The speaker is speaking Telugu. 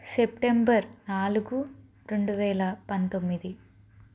సెప్టెంబర్ నాలుగు రెండు వేల పంతొమ్మిది